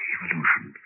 Evolution